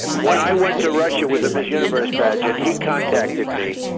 when i went to russia with the miss universe pageant, he contacted me.